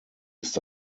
ist